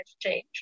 change